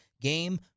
game